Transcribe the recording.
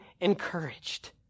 encouraged